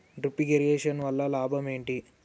Drip irrigation వల్ల లాభం ఏంటి?